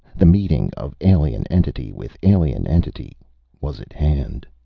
the meeting of alien entity with alien entity was at hand.